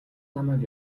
намайг